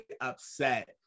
upset